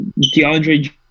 DeAndre